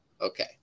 Okay